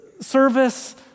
service